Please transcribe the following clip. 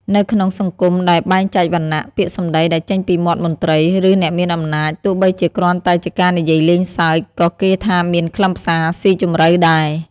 នៅក្នុងសង្គមដែលបែងចែកវណ្ណៈ ពាក្យសម្ដីដែលចេញពីមាត់មន្ត្រី ឬអ្នកមានអំណាច ទោះបីជាគ្រាន់តែជាការនិយាយលេងសើច ក៏គេថាមានខ្លឹមសារស៊ីជម្រៅដែរ ។